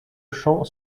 champ